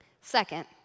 Second